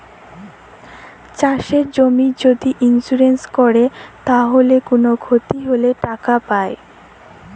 চাষের জমির যদি ইন্সুরেন্স কোরে তাইলে কুনো ক্ষতি হলে টাকা পায়